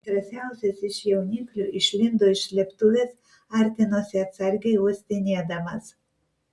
drąsiausias iš jauniklių išlindo iš slėptuvės artinosi atsargiai uostinėdamas